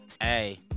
Hey